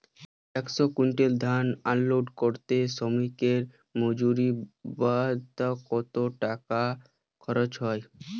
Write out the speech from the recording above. একশো কুইন্টাল ধান আনলোড করতে শ্রমিকের মজুরি বাবদ কত টাকা খরচ হয়?